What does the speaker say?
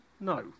No